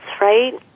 right